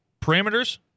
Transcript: parameters